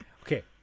Okay